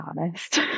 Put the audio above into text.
honest